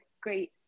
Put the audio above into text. Great